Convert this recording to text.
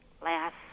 last